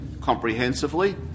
comprehensively